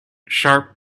sharp